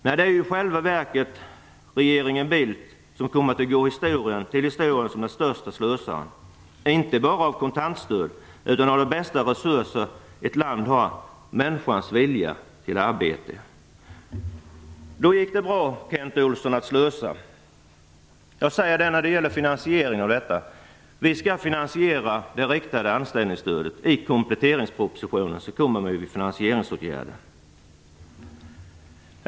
Nej, det är i själva verket regeringen Bildt som kommer att gå till historien som den störste slösaren, inte bara när det gäller kontantstöd utan också när det gäller den bästa resurs som ett land har, nämligen människans vilja till arbete. Då gick det bra, Kent Olsson, att slösa. Jag vill beträffande finansieringen av det riktade anställningsstödet säga att vi skall finansiera detta med förslag till åtgärder i kompletteringspropositionen.